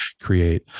create